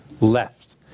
left